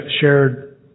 shared